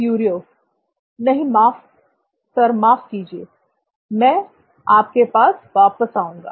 क्युरिओ नहीं सर माफ कीजिए मैं आपके पास वापस आऊंगा